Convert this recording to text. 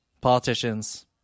politicians